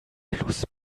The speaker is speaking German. plus